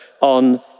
on